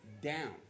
down